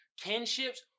Kinships